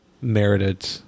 merited